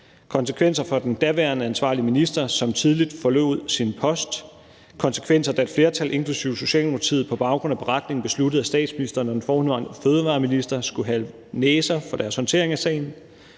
konsekvenser for den daværende ansvarlige minister, som tidligt forlod sin post, konsekvenser, da et flertal inklusive Socialdemokratiet på baggrund af beretningen besluttede, at statsministeren og den forhenværende fødevareminister skulle have næser for deres håndtering af sagen.